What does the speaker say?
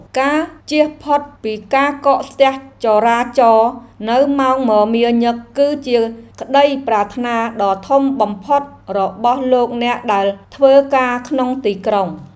ការជៀសផុតពីការកកស្ទះចរាចរណ៍នៅម៉ោងមមាញឹកគឺជាក្តីប្រាថ្នាដ៏ធំបំផុតរបស់លោកអ្នកដែលធ្វើការក្នុងទីក្រុង។